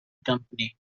company